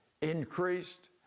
increased